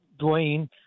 Dwayne